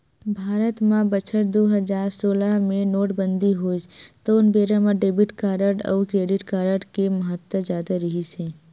भारत म बछर दू हजार सोलह मे नोटबंदी होइस तउन बेरा म डेबिट कारड अउ क्रेडिट कारड के महत्ता जादा रिहिस हे